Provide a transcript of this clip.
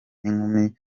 n’inkumi